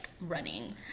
running